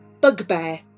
Bugbear